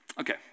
Okay